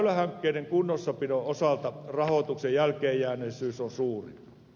väylähankkeiden kunnossapidon osalta rahoituksen jälkeenjääneisyys on suuri